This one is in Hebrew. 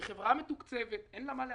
היא חברה מתוקצבת, אין לה מה להפסיד,